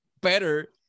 better